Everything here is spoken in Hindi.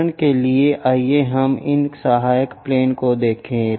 उदाहरण के लिए आइए हम इन सहायक प्लेन को देखें